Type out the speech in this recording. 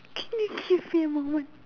can you give me a moment